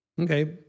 Okay